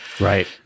Right